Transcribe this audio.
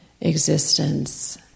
existence